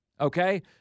okay